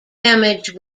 damage